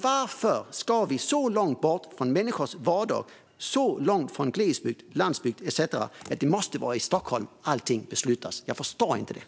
Varför ska vi vara så långt från människors vardag, så långt från glesbygd, landsbygd etcetera? Varför måste allting beslutas i Stockholm? Jag förstår det inte.